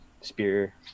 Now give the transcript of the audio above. spear